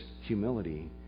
humility